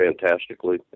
fantastically